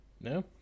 No